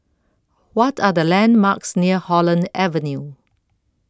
What Are The landmarks near Holland Avenue